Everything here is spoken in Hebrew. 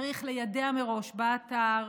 צריך ליידע מראש באתר,